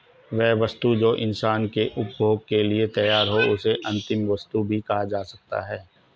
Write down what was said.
वह वस्तु जो इंसान के उपभोग के लिए तैयार हो उसे अंतिम वस्तु भी कहा जाता है